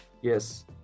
Yes